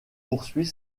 poursuit